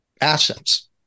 assets